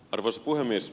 arvoisa puhemies